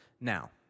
Now